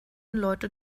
leute